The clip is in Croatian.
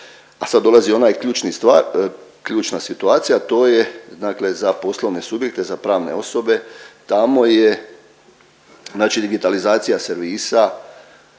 onaj ključni stvar, ključna situacija, a to je dakle za poslovne subjekte, za pravne osobe, tamo je znači digitalizacija servisa